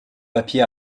papier